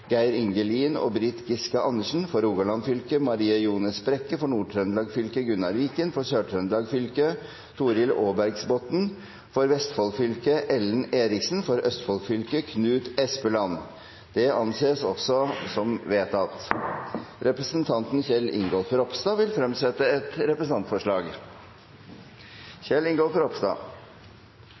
Geir Inge Lien og Britt Giske Andersen For Rogaland fylke: Marie Ljones Brekke For Nord-Trøndelag fylke: Gunnar Viken For Sør-Trøndelag fylke: Torill Aarbergsbotten For Vestfold fylke: Ellen Eriksen For Østfold fylke: Knut Espeland Representanten Kjell Ingolf Ropstad vil fremsette et